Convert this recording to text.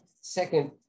Second